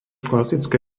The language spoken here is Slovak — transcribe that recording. klasické